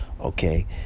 Okay